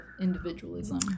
individualism